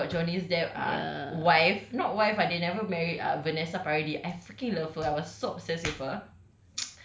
I learnt about johnny depp's err wife not wife ah they never married ah vanessa paradis I fucking loved her I was so obsessed with her